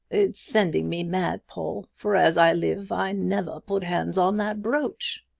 it's sending me mad, paul for, as i live, i never put hands on that brooch!